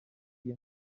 منی